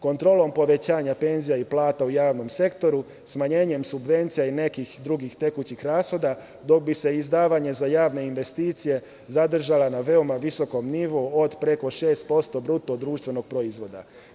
Kontrolom povećanja penzija i plata u javnom sektoru, smanjenjem subvencija i nekih drugih tekućih rashoda dok bi se izdavanje za javne investicije zadržalo na veoma visokom nivou od preko 6% BDP.